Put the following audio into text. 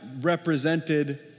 represented